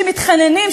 שמתחננים,